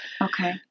Okay